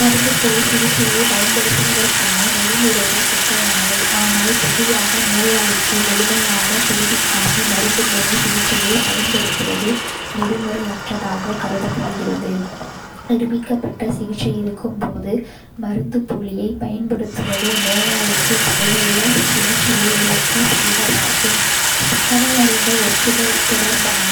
மருந்துப்போலி சிகிச்சையைப் பயன்படுத்துவதற்கான நெறிமுறைகள் சிக்கலானவை, ஆனால் பொதுவாக, நோயாளிக்கு முழுமையாகத் தெரிவிக்காமல் மருந்துப்போலி சிகிச்சையைப் பயன்படுத்துவது நெறிமுறையற்றதாகக் கருதப்படுகிறது. நிரூபிக்கப்பட்ட சிகிச்சை இருக்கும் போது மருந்துப்போலியைப் பயன்படுத்துவது நோயாளிக்கு பயனுள்ள சிகிச்சையை இழக்கச் செய்வதாகவும், தகவலறிந்த ஒப்புதல் தொடர்பான